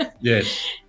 Yes